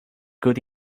good